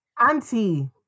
Auntie